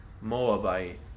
Moabite